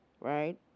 right